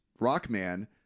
Rockman